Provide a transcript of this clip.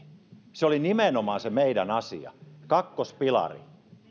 se oli nimenomaan se meidän asia kakkospilari